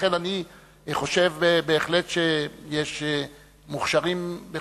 לכן, אני חושב בהחלט שיש מוכשרים בכל הארץ.